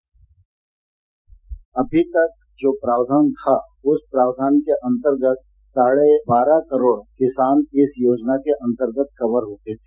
bite अभी तक जो प्रावधान था उस प्रावधान के अंतर्गत साढ़े बारह करोड़ किसान इस योजना के अंतर्गत कवर होते थे